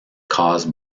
caused